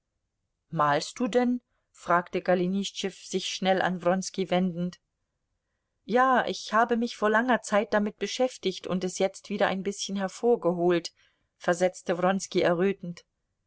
malst du denn fragte golenischtschew sich schnell an wronski wendend ja ich habe mich vor langer zeit damit beschäftigt und es jetzt wieder ein bißchen hervorgeholt versetzte wronski errötend